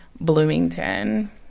Bloomington